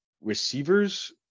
receivers